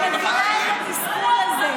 אני מבינה את התסכול הזה.